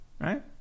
right